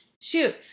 Shoot